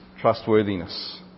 trustworthiness